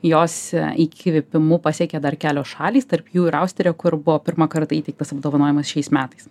jos įkvėpimu pasekė dar kelios šalys tarp jų ir austrija kur buvo pirmą kartą įteiktas apdovanojimas šiais metais